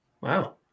Wow